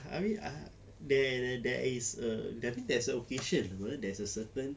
I mean ah there there is a I think there's a occasion [pe] there's a certain